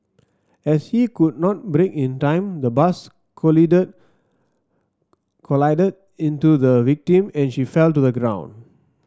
as he could not brake in time the bus collided into the victim and she fell to the ground